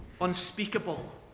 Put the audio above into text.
unspeakable